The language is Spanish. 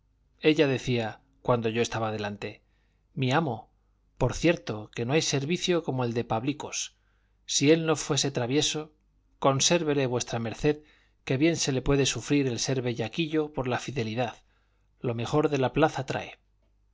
ella decía cuando yo estaba delante mi amo por cierto que no hay servicio como el de pablicos si él no fuese travieso consérvele v md que bien se le puede sufrir el ser bellaquillo por la fidelidad lo mejor de la plaza trae